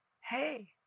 Hey